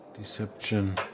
deception